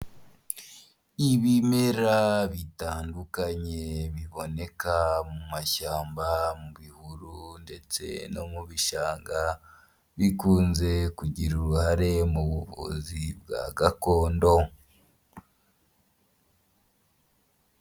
Ibimera bitandukanye biboneka mu mashyamba, mu bihuru ndetse no mu bishanga bikunze kugira uruhare mu buvuzi bwa gakondo.